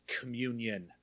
communion